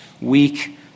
weak